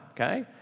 okay